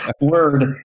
word